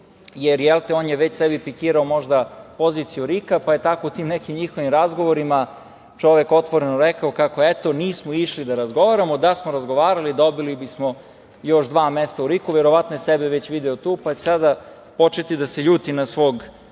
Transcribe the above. jer, jelte, on je sebi već pikirao možda poziciju RIK-a pa je tako u tim nekim njihovim razgovorima čovek otvoreno rekao kako, eto, nismo išli da razgovaramo, a da smo razgovarali, dobili bismo još dva mesta u RIK-u. Verovatno je sebe već video tu, pa će sada početi da se ljuti na svog